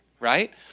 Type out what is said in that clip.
Right